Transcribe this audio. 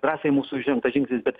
drąsiai mūsų žengtas žingsnis bet